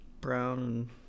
brown